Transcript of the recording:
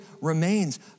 remains